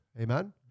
Amen